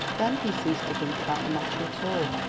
then he ceased to think about the matter at all.